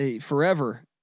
forever